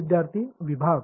विद्यार्थी विभाग